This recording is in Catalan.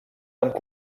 amb